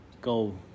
go